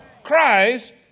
Christ